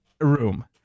room